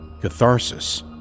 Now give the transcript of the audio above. catharsis